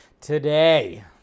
today